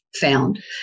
found